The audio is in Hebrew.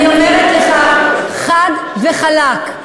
אני אומרת לך חד וחלק: